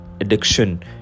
addiction